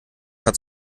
hat